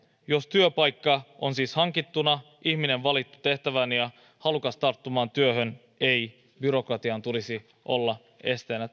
jos työpaikka on siis hankittuna ihminen valittu tehtävään ja halukas tarttumaan työhön ei byrokratian tulisi olla esteenä